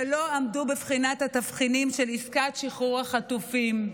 שלא עמדו בבחינת התבחינים של עסקת שחרור החטופים.